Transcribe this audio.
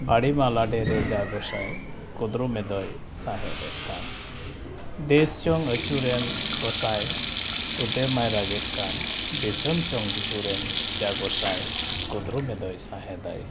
ᱵᱟᱲᱮ ᱢᱟ ᱞᱟᱰᱮᱨᱮ ᱡᱟ ᱜᱚᱸᱥᱟᱭ ᱠᱩᱫᱽᱨᱚᱢᱮᱫᱚᱭ ᱥᱟᱦᱮᱸᱫᱮᱫ ᱠᱟᱱ ᱫᱮᱥᱪᱚᱝ ᱟᱹᱪᱩᱨᱮᱱ ᱜᱚᱸᱥᱟᱭ ᱛᱩᱫᱮᱢᱟᱭ ᱨᱟᱜᱼᱮᱫ ᱠᱟᱱ ᱫᱤᱥᱚᱢ ᱪᱚᱝ ᱵᱤᱦᱩᱨᱮᱱ ᱡᱟ ᱜᱚᱸᱥᱟᱭ ᱠᱩᱫᱽᱨᱚᱢᱮᱫᱚᱭ ᱥᱟᱦᱮᱸᱫᱟᱭ